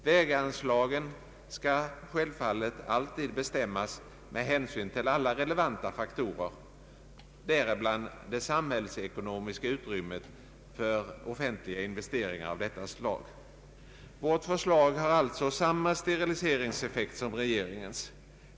Väganslagen skall sjäölvfallet alltid avvägas med hänsyn till alla relevanta faktorer, däribland det samhällsekonomiska utrymmet för offentliga investeringar av detta slag. Vårt förslag har alltså samma steriliseringseffekt som regeringens.